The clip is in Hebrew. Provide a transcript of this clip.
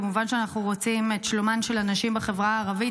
כמובן שאנחנו רוצים את שלומן של הנשים בחברה הערבית,